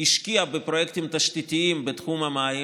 השקיעה בפרויקטים תשתיתיים בתחום המים